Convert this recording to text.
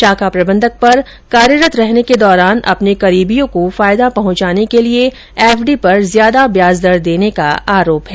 शाखा प्रबंधक पर कार्यरत रहने के दौरान अपने करीबियों को फायदा पहंचाने के लिये एफडी पर ज्यादा ब्याजदर देने का आरोप है